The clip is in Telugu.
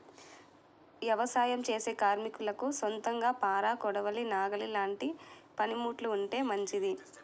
యవసాయం చేసే కార్మికులకు సొంతంగా పార, కొడవలి, నాగలి లాంటి పనిముట్లు ఉంటే మంచిది